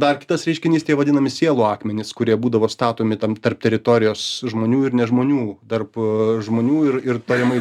dar kitas reiškinys tie vadinami sielų akmenys kurie būdavo statomi tam tarp teritorijos žmonių ir ne žmonių tarp žmonių ir ir tariamai